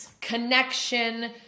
connection